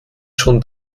schon